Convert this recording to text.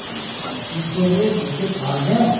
কী করে কী করে দিতে পারবেন